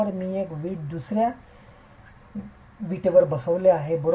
मी एक वीट दुसर्या वरुन बसवित आहे बरोबर